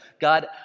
God